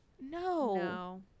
No